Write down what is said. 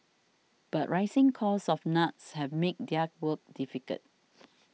but rising costs of nuts have made their work difficult